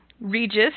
Regis